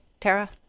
Tara